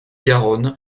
garonne